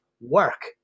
work